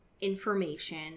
information